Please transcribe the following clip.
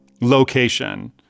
location